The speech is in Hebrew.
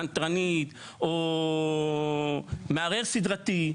קנטרנית או מערער סדרתי,